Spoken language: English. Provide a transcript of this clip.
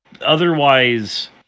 otherwise